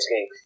game